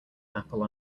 apple